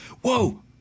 Whoa